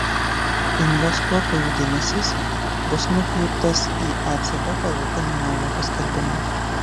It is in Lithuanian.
investuotojų dėmesys bus nukreiptas į ecb palūkanų normų paskelbimą